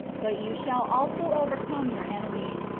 but you shall also overcome your enemies,